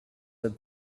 have